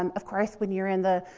um of course, when you're in the,